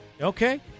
Okay